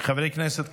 חברי הכנסת,